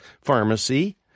Pharmacy